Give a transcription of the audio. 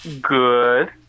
Good